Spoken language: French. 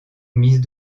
mise